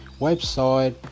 website